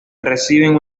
reciben